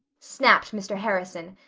snapped mr. harrison,